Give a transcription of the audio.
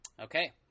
Okay